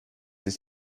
ist